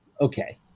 okay